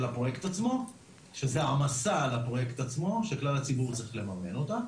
הפרוייקט עצמו שזה העמסה על הפרוייקט עצמו שכלל הציבור צריך לממן אותה